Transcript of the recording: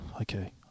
okay